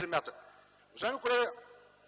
нея. Уважаеми колега